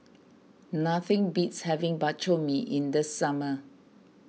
nothing beats having Bak Chor Mee in the summer